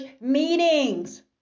meetings